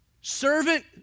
Servant